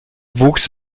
wuchs